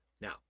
Now